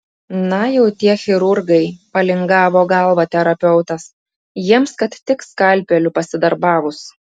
na jau tie chirurgai palingavo galvą terapeutas jiems kad tik skalpeliu pasidarbavus